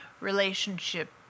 relationship